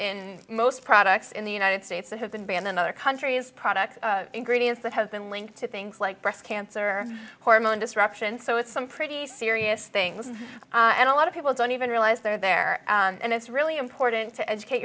in most products in the united states that have been banned in other countries product ingredients that have been linked to things like breast cancer hormone disruption so it's some pretty serious things and a lot of people don't even realize they're there and it's really important to educate